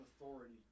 authority